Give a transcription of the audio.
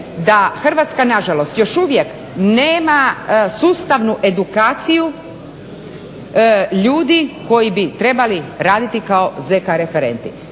da Hrvatska nažalost još uvijek nema sustavnu edukaciju ljudi koji bi trebali raditi kao ZK referenti.